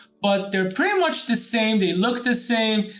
but they're pretty much the same, they look the same.